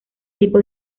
tipo